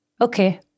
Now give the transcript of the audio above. Okay